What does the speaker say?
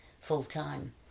full-time